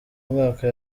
mwaka